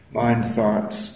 mind-thoughts